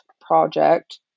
project